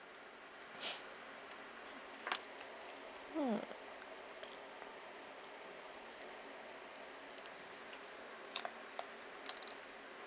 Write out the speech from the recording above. hmm